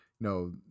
no